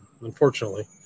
unfortunately